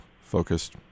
focused